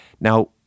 Now